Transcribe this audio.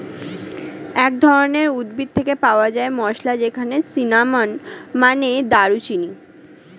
এক ধরনের উদ্ভিদ থেকে পাওয়া মসলা হচ্ছে সিনামন, মানে দারুচিনি